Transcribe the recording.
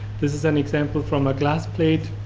this is an example from a glass plate,